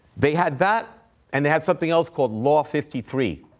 they had that and they had something else called law fifty three.